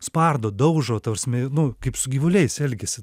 spardo daužo ta prasme nu kaip su gyvuliais elgiasi